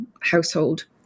household